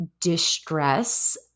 distress